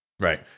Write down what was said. Right